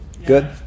Good